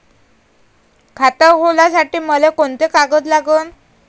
खात खोलासाठी मले कोंते कागद लागन?